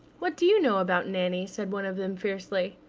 what do you know about nanny? said one of them fiercely.